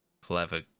clever